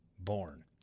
Born